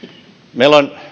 meillä on